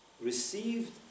received